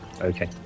Okay